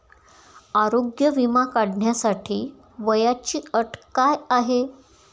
आरोग्य विमा काढण्यासाठी वयाची अट काय आहे?